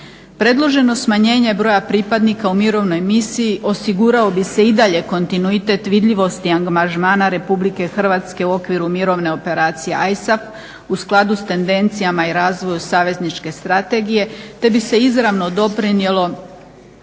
Predloženo smanjenje broja pripadnika u mirovnoj misiji osigurao bi se i dalje kontinuitet vidljivosti angažmana Republike Hrvatske u okviru mirovne operacije ISAF u skladu s tendencijama i razvoju savezničke strategije te bi se izravno doprinijelo